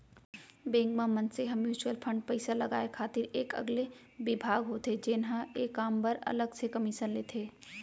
bank म मनसे ह म्युचुअल फंड पइसा लगाय खातिर एक अलगे बिभाग होथे जेन हर ए काम बर अलग से कमीसन लेथे